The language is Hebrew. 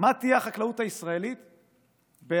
מה תהיה החקלאות הישראלית ב-2031,